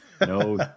No